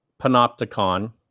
Panopticon